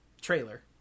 trailer